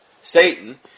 Satan